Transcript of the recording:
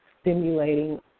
stimulating